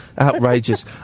Outrageous